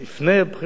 אחרי הבחירות,